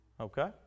Okay